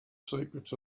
secrets